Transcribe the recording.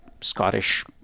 Scottish